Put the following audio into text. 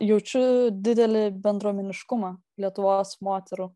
jaučiu didelį bendruomeniškumą lietuvos moterų